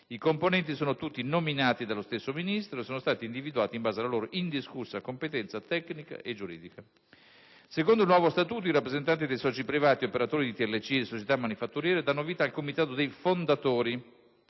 I componenti sono tutti nominati dallo stesso Ministro e sono stati individuati in base alla loro indiscussa competenza tecnica e/o giuridica. Secondo il nuovo Statuto i rappresentanti dei soci privati, operatori di TLC e società manifatturiere, danno vita al comitato dei fondatori